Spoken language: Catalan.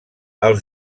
els